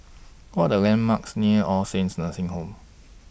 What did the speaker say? What Are The landmarks near All Saints Nursing Home